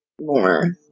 more